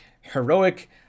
heroic